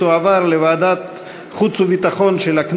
לדיון מוקדם בוועדת העבודה,